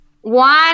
One